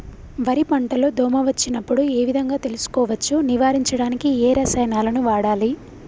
వరి పంట లో దోమ వచ్చినప్పుడు ఏ విధంగా తెలుసుకోవచ్చు? నివారించడానికి ఏ రసాయనాలు వాడాలి?